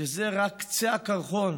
שזה רק קצה הקרחון,